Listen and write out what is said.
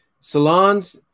Salons